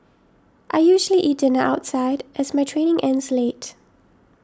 I usually eat dinner outside as my training ends late